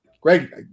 Greg